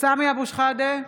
סמי אבו שחאדה,